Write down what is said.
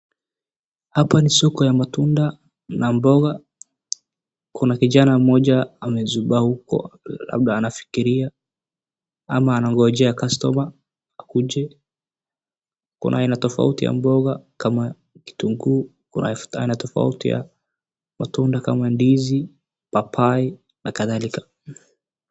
Hapa ni soko ya matunda na mboga. Kuna kijana mmoja amezubaa huko labda anafikiria ama anangojea customer akuje kuona aina tofauti ya mboga kama kitunguu, kuna aina tofauti ya matunda kama ndizi, papai na kadhalika.